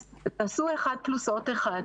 תעשו אחד ועוד אחד.